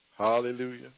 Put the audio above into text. Hallelujah